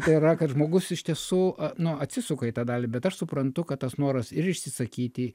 tai yra kad žmogus iš tiesų nu atsisuka į tą dalį bet aš suprantu kad tas noras ir išsisakyti